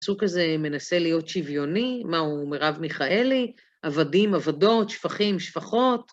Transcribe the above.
הצוק הזה מנסה להיות שוויוני, מה הוא מירב מיכאלי, עבדים עבדות, שפחים שפחות.